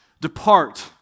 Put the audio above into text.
depart